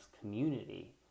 community